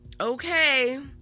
Okay